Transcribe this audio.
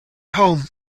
home